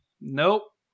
Nope